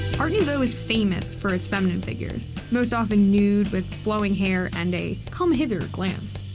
art nouveau is famous for its feminine figures most often nude, with flowing hair, and a come hither glance.